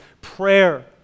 prayer